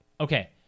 Okay